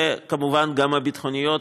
וכמובן גם הביטחוניות.